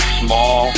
small